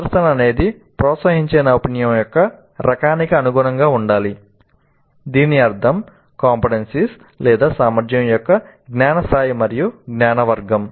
ప్రదర్శన అనేది ప్రోత్సహించే నైపుణ్యం యొక్క రకానికి అనుగుణంగా ఉండాలి దీని అర్థం CO సామర్థ్యం యొక్క జ్ఞాన స్థాయి మరియు జ్ఞాన వర్గం